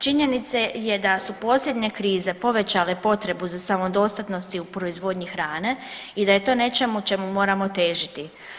Činjenica je da su posljednje krize povećale potrebu za samodostatnosti u proizvodnji hrane i da je to nešto čemu trebamo težiti.